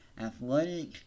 athletic